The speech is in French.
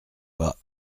pas